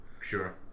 Sure